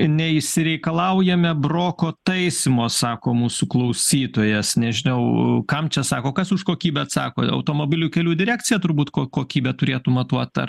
neišsireikalaujame broko taisymo sako mūsų klausytojas nežinau kam čia sako kas už kokybę atsako automobilių kelių direkcija turbūt kokybę turėtų matuot ar